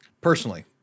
Personally